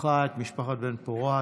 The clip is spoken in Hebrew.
בן-פורת.